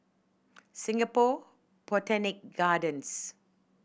Singapore Botanic Gardens